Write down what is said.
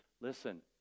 listen